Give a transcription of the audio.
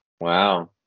Wow